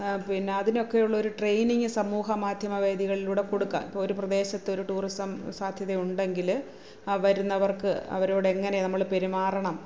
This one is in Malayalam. പിന്നെ അതിനൊക്കെയുള്ള ഒരു ട്രെയിനിങ് സമൂഹ മാധ്യമ വേദികളിലൂടെ കൊടുക്കുക ഇപ്പോൾ ഒരു പ്രദേശത്ത് ഒരു ടൂറിസം സാധ്യതയുണ്ടെങ്കില് ആ വരുന്നവർക്ക് അവരോട് എങ്ങനെ നമ്മള് പെരുമാറണം